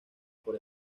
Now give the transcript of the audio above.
por